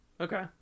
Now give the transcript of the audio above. Okay